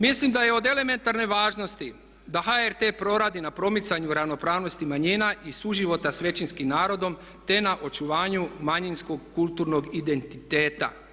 Mislim da je od elementarne važnosti da HRT proradi na promicanju ravnopravnosti manjina i suživota s većinskim narodom te na očuvanju manjinskog, kulturnog identiteta.